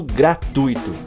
gratuito